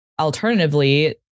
alternatively